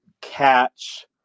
catch